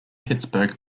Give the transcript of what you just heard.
pittsburgh